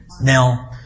Now